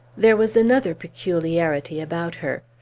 there was another peculiarity about her.